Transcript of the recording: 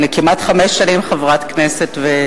אני כמעט חמש שנים חברת הכנסת,